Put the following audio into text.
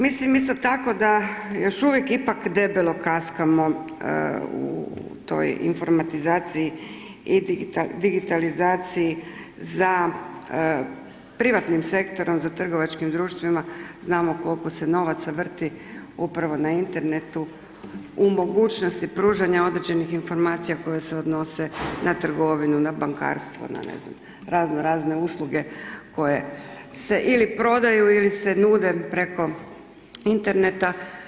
Mislim isto tako, da još uvijek ipak debelo kaskamo u toj informatizaciji i digitalizaciji za privatnim sektorom, za trgovačkim društvima, znamo koliko se novaca vrti upravo na internetu, u mogućnosti pružanja određenih informacija koje se odnose na trgovinu, na bankarstvo, na ne znam, razno razne usluge, koje se ili prodaju ili se nude preko interneta.